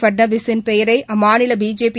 பட்னாவிஸின் பெயரைஅம்மாநில பிஜேபி